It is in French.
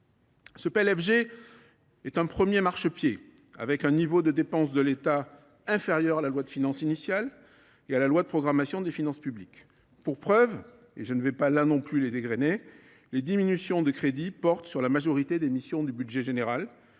Ce PLFG est un premier marchepied, avec un niveau de dépenses de l’État inférieur à ceux qui figurent dans la loi de finances initiale et dans la loi de programmation des finances publiques. Pour preuve, et je ne vais pas non plus les égrener, les diminutions de crédits portent sur la majorité des missions du budget général,